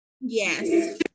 Yes